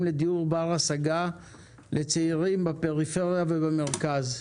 לדיור בר השגה לצעירים בפריפריה ובמרכז.